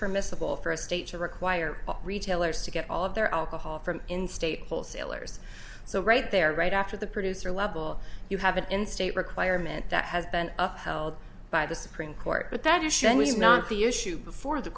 permissible for a state to require retailers to get all of their alcohol from in state wholesalers so right there right after the producer level you have an in state requirement that has been up held by the supreme court but that is shown was not the issue before the